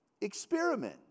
experiment